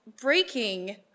breaking